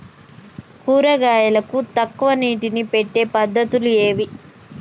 కూరగాయలకు తక్కువ నీటిని పెట్టే పద్దతులు ఏవి?